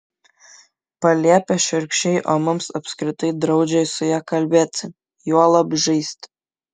paliepia šiurkščiai o mums apskritai draudžia su ja kalbėti juolab žaisti